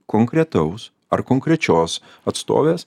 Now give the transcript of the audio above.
konkretaus ar konkrečios atstovės